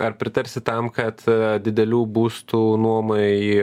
ar pritarsi tam kad didelių būstų nuomai